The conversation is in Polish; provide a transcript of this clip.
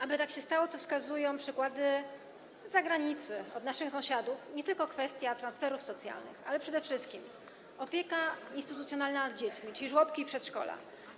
Aby tak się stało, co wskazują przykłady zagranicy, naszych sąsiadów - to nie tylko kwestia transferów socjalnych, ale przede wszystkim opieka instytucjonalna nad dziećmi, czyli żłobki i przedszkola.